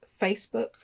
Facebook